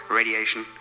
radiation